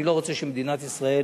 אני לא רוצה שמדינת ישראל